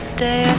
day